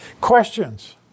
Questions